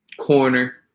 corner